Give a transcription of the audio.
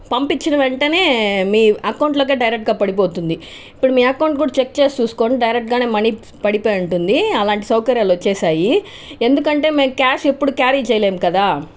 పంపిచ్చిన వెంటనే మీ అకౌంట్లోకే డైరెక్ట్గా పడిపోతుంది ఇప్పుడు మీ అకౌంట్ కూడా చెక్ చేసి చూస్కోండి డైరెక్ట్గానే మనీ పడిపోయి ఉంటుంది అలాంటి సౌకర్యాలు వచ్చేసాయి ఎందుకంటే మేం క్యాష్ ఎప్పుడు క్యారీ చేయలేం కదా